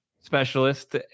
specialist